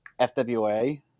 FWA